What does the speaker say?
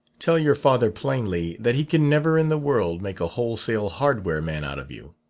tell your father plainly that he can never in the world make a wholesale-hardware-man out of you.